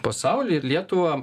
pasaulį ir lietuvą